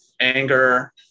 Anger